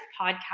podcast